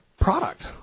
product